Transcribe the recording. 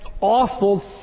awful